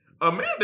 Amanda